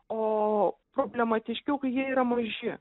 o problematiškiau kai jie yra maži